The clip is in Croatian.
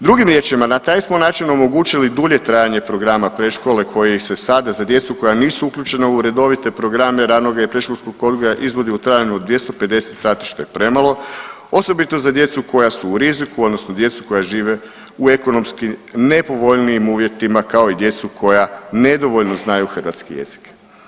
Drugim riječima na taj smo način omogućili dulje trajanje programa predškole koji ih se sada za djecu koja nisu uključena u redovite programe ranoga i predškolskog odgoja izvodi u trajanju od 250 sati što je premalo, osobito za djecu koja su u riziku, odnosno djecu koja žive u ekonomski nepovoljnijim uvjetima kao i djecu koja nedovoljno znaju hrvatski jezik.